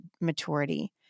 maturity